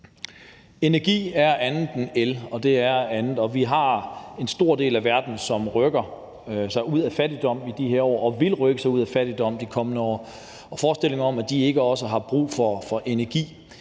Energi er andet end el, og vi har en stor del af verden, som i de her år rykker sig ud af fattigdom, og som i de kommende år vil rykke sig ud af fattigdom, og forestillingen om, at de ikke også har brug for energi,